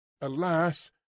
Alas